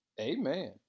amen